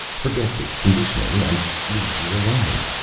forgets its conditioning, and leaves you alone.